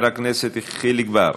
חברת הכנסת רויטל סויד,